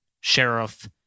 sheriff